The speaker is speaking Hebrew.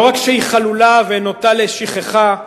לא רק שהיא חלולה ונוטה לשכחה,